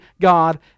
God